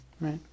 Right